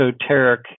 esoteric